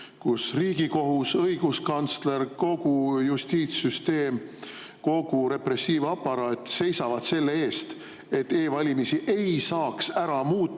kus Riigikohus, õiguskantsler, kogu justiitssüsteem, kogu repressiivaparaat seisavad selle eest, et e‑valimisi ei saaks ära muuta,